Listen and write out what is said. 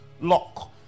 lock